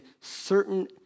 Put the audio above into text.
certain